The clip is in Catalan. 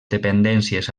dependències